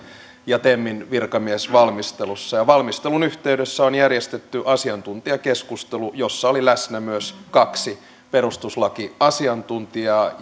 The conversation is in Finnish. ja temin virkamiesvalmistelussa valmistelun yhteydessä on järjestetty asiantuntijakeskustelu jossa oli läsnä myös kaksi perustuslakiasiantuntijaa